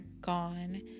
gone